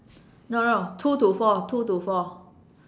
no no two to four two to four